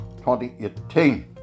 2018